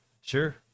Sure